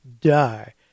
die